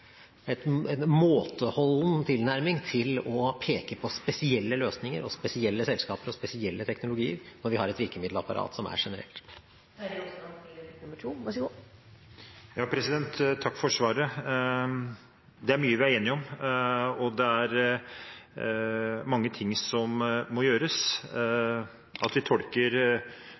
måteholden tilnærming til å peke på spesielle løsninger, spesielle selskaper og spesielle teknologier, når vi har et virkemiddelapparat som er generelt. Takk for svaret. Det er mye vi er enige om, og det er mange ting som må gjøres. At vi tolker